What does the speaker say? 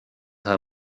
her